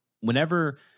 whenever